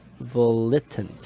volitant